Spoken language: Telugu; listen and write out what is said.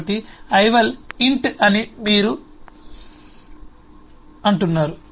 కాబట్టి ival int అని మీరు అంటున్నారు